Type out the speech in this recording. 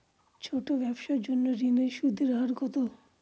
ছোট ব্যবসার জন্য ঋণের সুদের হার কত?